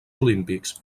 olímpics